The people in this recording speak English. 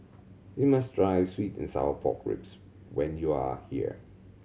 you must try sweet and sour pork ribs when you are here